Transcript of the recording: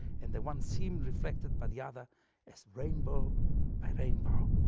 and the one seemed reflected by the other as rainbow by rainbow,